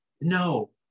No